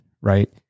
right